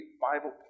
Bible